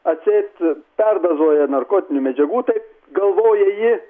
atseit perdozuoja narkotinių medžiagų taip galvoja ji